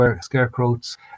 scarecrows